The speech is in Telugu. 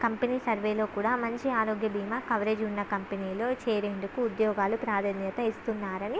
కంపెనీ సర్వేలో కూడా మంచి ఆరోగ్య భీమా కవరేజ్ ఉన్న కంపెనీలు చేరెందుకు ఉద్యోగాలు ప్రాధాన్యత ఇస్తున్నారని